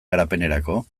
garapenerako